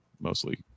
Mostly